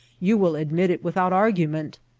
you will admit it without argument.